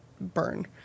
burn